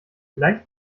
leicht